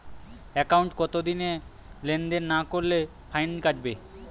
একাউন্টে কতদিন লেনদেন না করলে ফাইন কাটবে?